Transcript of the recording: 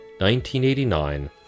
1989